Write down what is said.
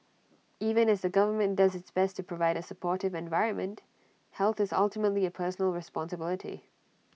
even as the government does its best to provide A supportive environment health is ultimately A personal responsibility